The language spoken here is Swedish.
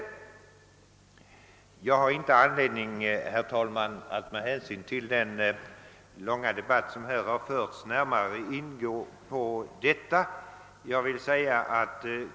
Med hänsyn till den långa debatt som förts har jag ingen anledning att gå närmare in på den här saken.